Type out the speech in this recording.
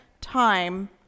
time